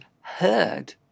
heard